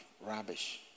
rubbish